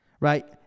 Right